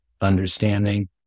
understanding